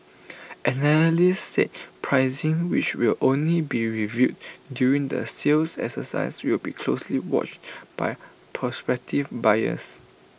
analysts said pricing which will only be revealed during the sales exercise will be closely watched by prospective buyers